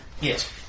Yes